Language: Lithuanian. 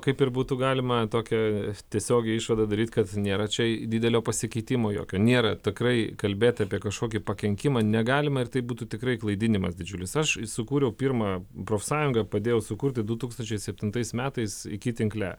kaip ir būtų galima tokią tiesiogiai išvadą daryt kad nėra čia didelio pasikeitimo jokio nėra tikrai kalbėti apie kažkokį pakenkimą negalima ir tai būtų tikrai klaidinimas didžiulis aš sukūriau pirmą profsąjungą padėjau sukurti du tūkstančiai septintais metais iki tinkle